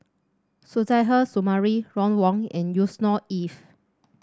Suzairhe Sumari Ron Wong and Yusnor Ef